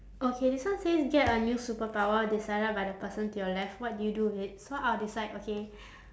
okay this one says get a new superpower decided by the person to your left what do you do with it so I'll decide okay